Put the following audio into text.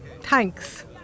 Thanks